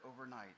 overnight